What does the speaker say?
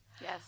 Yes